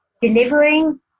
delivering